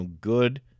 good